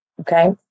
okay